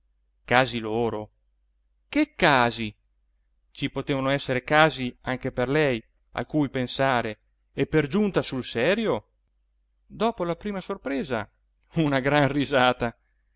casi loro che casi ci potevano esser casi anche per lei a cui pensare e per giunta sul serio dopo la prima sorpresa una gran risata